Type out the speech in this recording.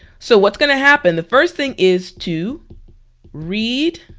so what's gonna happen? the first thing is to read